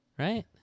right